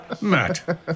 Matt